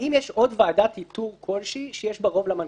האם יש עוד ועדת איתור כלשהי שיש בה רוב למנכ"ל?